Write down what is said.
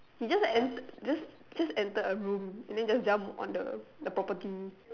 he just en~ he just entered a room and then just jump on the property